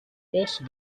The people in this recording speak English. also